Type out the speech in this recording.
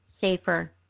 safer